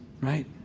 right